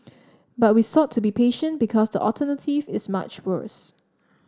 but we thought to be patient because the alternative is much worse